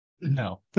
no